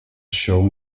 shown